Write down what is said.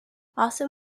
also